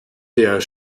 der